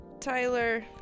Tyler